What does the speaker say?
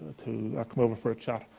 to ah come over for a chat,